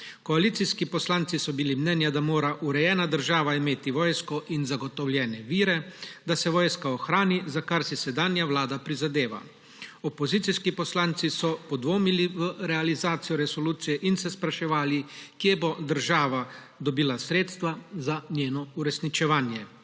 Koalicijski poslanci so bili mnenja, da mora urejena država imeti vojsko in zagotovljene vire, da se vojska ohrani, za kar si sedanja vlada prizadeva. Opozicijski poslanci so podvomili v realizacijo resolucije in se spraševali, kje bo država dobila sredstva za njeno uresničevanje.